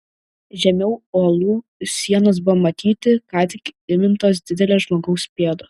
žemiau uolų sienos buvo matyti ką tik įmintos didelės žmogaus pėdos